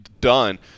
done